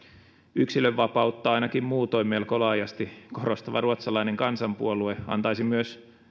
yksilönvapautta ainakin muutoin melko laajasti korostava ruotsalainen kansanpuolue antaisi myös